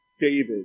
David